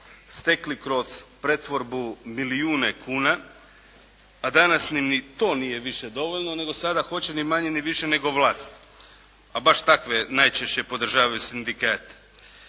stekli kroz pretvorbu milijune kuna, a danas im ni to više nije dovoljno, nego sada hoće ni manje ni više nego vlast. A baš takve najčešće podržavaju sindikati.